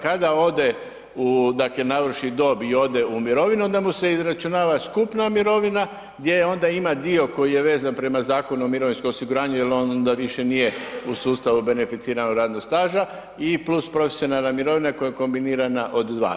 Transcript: Kada ode u dakle, navrši dob i ode u mirovinu, onda mu se izračunava skupna mirovina, gdje onda ima dio koji je vezan prema Zakonu o mirovinskom osiguranju jer on onda više nije u sustavu beneficiranog radnog staža i + profesionalna mirovina koja je kombinirana od dva.